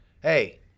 Hey